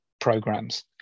programs